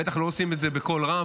בטח לא עושים את זה בקול רם,